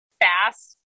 fast